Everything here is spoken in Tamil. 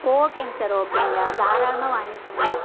ஓகேங்க சார் ஓகேங்க தாராளமாக வாங்கிக்குங்க